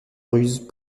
ruse